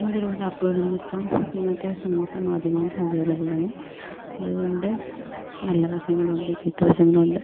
ഒരുപാട് ഒരുപാട് ആപ്പുകൾ ഇന്ന് ഇപ്പം ഇന്നത്തെ സമൂഹ മാധ്യമങ്ങളിൽ അവൈലബിൾ ആണ് അത്കൊണ്ട് നല്ല വശങ്ങളുണ്ട് ചീത്ത വശങ്ങളുണ്ട്